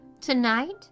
Tonight